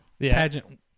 pageant